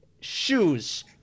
shoes